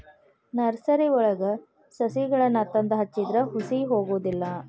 ನರ್ಸರಿವಳಗಿ ಸಸಿಗಳನ್ನಾ ತಂದ ಹಚ್ಚಿದ್ರ ಹುಸಿ ಹೊಗುದಿಲ್ಲಾ